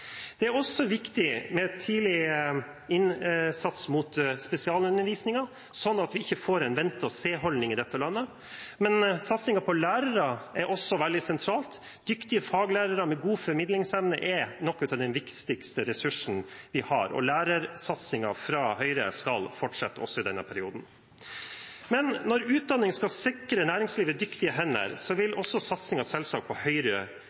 Det er også viktig med tidlig innsats for spesialundervisningen, slik at vi ikke får en vente-og-se-holdning i dette landet. Satsingen på lærere er også veldig sentralt. Dyktige faglærere med god formidlingsevne er en av de viktigste ressursene vi har, og lærersatsingen fra Høyre skal fortsette også i denne perioden. Når utdanning skal sikre næringslivet dyktige hender, vil selvsagt også satsingen på